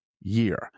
year